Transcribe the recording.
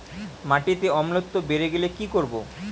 মাটিতে অম্লত্ব বেড়েগেলে কি করব?